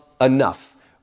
enough